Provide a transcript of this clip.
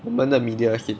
我们的 media scene